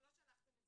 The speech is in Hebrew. לא שלחתם את זה קודם,